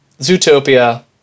Zootopia